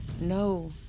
No